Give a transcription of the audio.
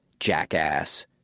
jackass,